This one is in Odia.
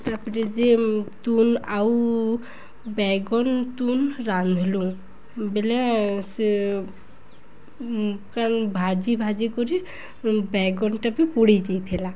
ତାପରେ ଯେ ତୁନ୍ ଆଉ ବେଗନ୍ ତୁନ୍ ରାନ୍ଧଲୁ ବେଲେ ସେ ଭାଜି ଭାଜି କରି ବେଗନଟା ବି ପୋଡ଼ି ଯାଇଥିଲା